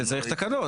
זה צריך תקנות.